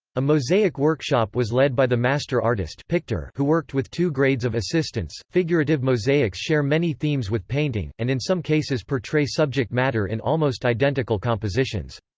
a mosaic workshop was led by the master artist who worked with two grades of assistants figurative mosaics share many themes with painting, and in some cases portray subject matter in almost identical compositions.